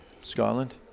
Scotland